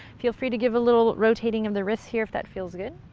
feel free to give a little rotating of the wrists here if that feels good.